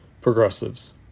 progressives